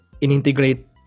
integrate